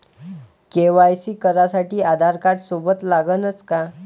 KYC करासाठी आधारकार्ड सोबत लागनच का?